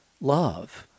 love